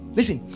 Listen